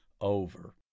over